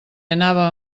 anava